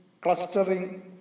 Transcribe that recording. clustering